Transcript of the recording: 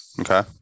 Okay